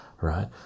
right